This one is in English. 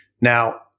Now